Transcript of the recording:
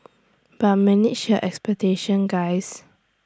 but manage your expectations guys